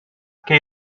què